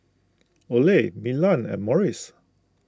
Olay Milan and Morries